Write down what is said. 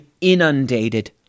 inundated